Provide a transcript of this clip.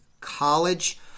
college